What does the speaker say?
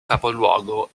capoluogo